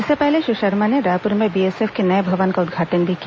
इससे पहले श्री शर्मा ने रायपुर में बीएसएफ के नए भवन का उद्घाटन भी किया